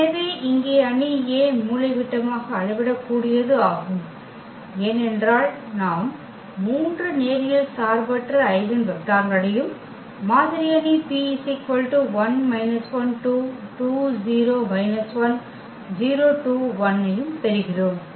எனவே இங்கே அணி A மூலைவிட்டமாக அளவிடக்கூடியது ஆகும் ஏனென்றால் நாம் 3 நேரியல் சார்பற்ற ஐகென் வெக்டர்களையும் மாதிரி அணி P ஐயும் பெறுகிறோம்